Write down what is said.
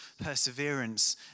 perseverance